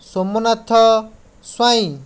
Somnath Swain